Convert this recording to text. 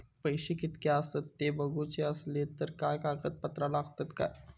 पैशे कीतके आसत ते बघुचे असले तर काय कागद पत्रा लागतात काय?